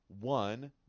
one